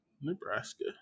Nebraska